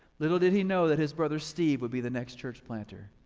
little did he know that his brother steve would be the next church planter.